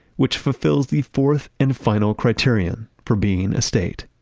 which fulfills the fourth and final criterion for being a state